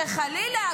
שחלילה,